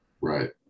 right